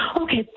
Okay